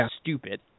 stupid